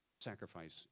sacrifice